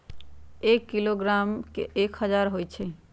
एक किलोग्राम में एक हजार ग्राम होई छई